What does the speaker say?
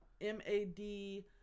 M-A-D